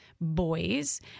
boys